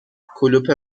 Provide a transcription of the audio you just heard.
کلوپ